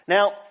Now